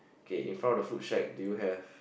K in front of the food shack do you have